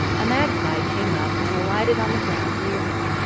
a magpie came up and alighted on the ground near him.